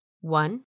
One